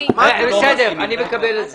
אני מקבל את זה.